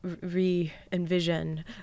re-envision